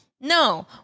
No